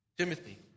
Timothy